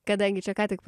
kadangi čia ką tik